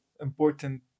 important